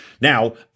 Now